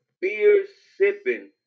beer-sipping